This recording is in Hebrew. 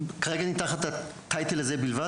כרגע אני תחת ה"טייטל" הזה בלבד,